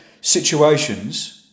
situations